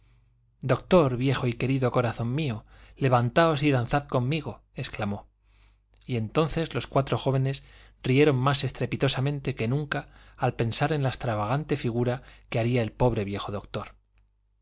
doctor viejo y querido corazón mío levantaos y danzad conmigo exclamó y entonces los cuatro jóvenes rieron más estrepitosamente que nunca al pensar en la extravagante figura que haría el pobre viejo doctor